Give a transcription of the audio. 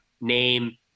name